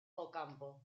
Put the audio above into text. ocampo